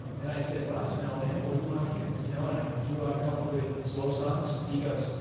and i said, well some alabama, what do you want to hear? you know? and i threw out a couple of good slow songs and he goes,